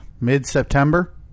Mid-September